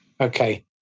Okay